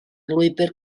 lwybr